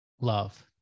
love